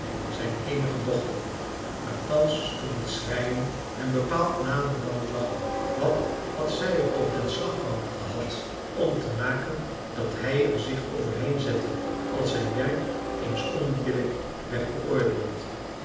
zijn eenige dochter maar thans stond het schreien hem bepaald nader dan het lachen wat had zj er toch den slag van gehad om te maken dat hij er zich overheen zette als zijn werk eens onbillijk werd beoordeeld